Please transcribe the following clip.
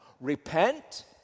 Repent